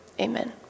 amen